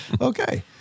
Okay